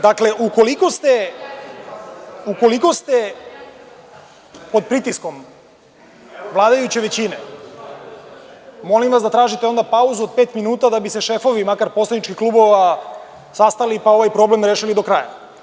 Dakle, ukoliko ste pod pritiskom vladajuće većine, molim vas da tražite onda pauzu od pet minuta da bi se šefovi makar poslaničkih klubova sastali pa ovaj problem rešili do kraja.